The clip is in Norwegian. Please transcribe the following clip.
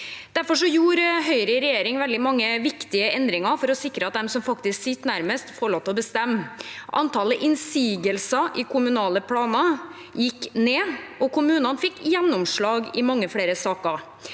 Derfor gjorde Høyre i regjering veldig mange viktige endringer for å sikre at de som faktisk sitter nærmest, får lov til å bestemme. Antallet innsigelser i kommunale planer gikk ned, og kommunene fikk gjennomslag i mange flere saker.